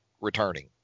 returning